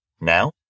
Now